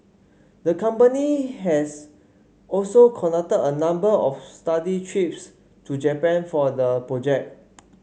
the company has also conducted a number of study trips to Japan for the project